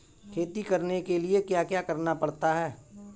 खेती करने के लिए क्या क्या करना पड़ता है?